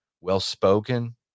well-spoken